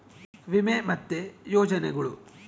ವಿಮೆ ಮತ್ತೆ ಯೋಜನೆಗುಳು